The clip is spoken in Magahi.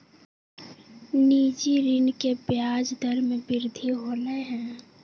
निजी ऋण के ब्याज दर में वृद्धि होलय है